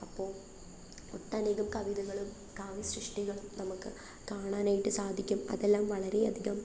അപ്പോള് ഒട്ടനേകം കവിതകളും കാവ്യ സൃഷ്ടികളും നമുക്ക് കാണാനായിട്ടു സാധിക്കും അതെല്ലാം വളരെയധികം